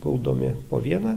guldomi po vieną